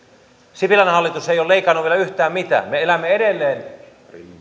sipilän hallitus ei ole leikannut vielä yhtään mitään me elämme edelleen